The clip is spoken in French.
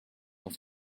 dans